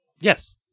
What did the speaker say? Yes